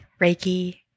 Reiki